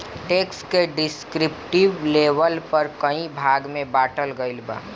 tax के descriptive label पर कई भाग में बॉटल गईल बा